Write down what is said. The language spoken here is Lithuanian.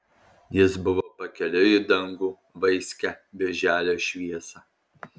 jis buvo pakeliui į dangų vaiskią birželio šviesą